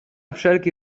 wszelki